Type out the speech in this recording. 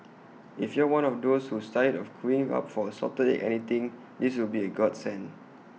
if you're one of those who's tired of queuing up for salted egg anything this will be A godsend